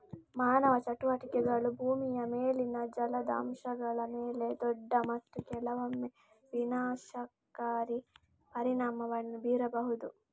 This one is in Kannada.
ಮಾನವ ಚಟುವಟಿಕೆಗಳು ಭೂಮಿಯ ಮೇಲಿನ ಜಲದ ಅಂಶಗಳ ಮೇಲೆ ದೊಡ್ಡ ಮತ್ತು ಕೆಲವೊಮ್ಮೆ ವಿನಾಶಕಾರಿ ಪರಿಣಾಮವನ್ನು ಬೀರಬಹುದು